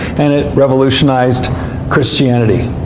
and it revolutionized christianity.